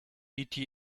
eta